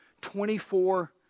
twenty-four